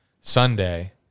Sunday